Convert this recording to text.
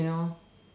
you know